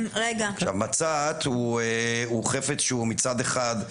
מצת הוא, מצד אחד,